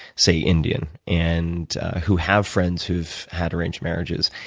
say, indian and who have friends who've had arranged marriages.